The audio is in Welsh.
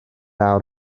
awr